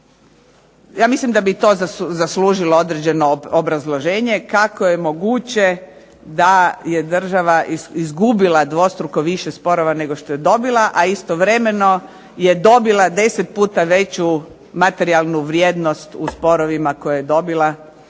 Ja mislim da bi to zaslužilo određeno obrazloženje kako je moguće da je država izgubila dvostruko više sporova nego što je dobila, a istovremeno je dobila deset puta veću materijalnu vrijednost u sporovima koje je dobila nego